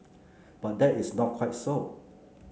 but that is not quite so